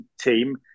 team